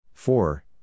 Four